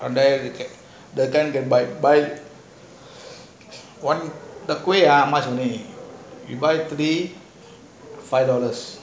அவன்ட இருக்கு:avanta iruku one tekuih ah how much only you buy three five dollars